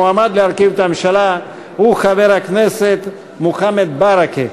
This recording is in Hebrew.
המועמד להרכיב את הממשלה הוא חבר הכנסת מוחמד ברכה.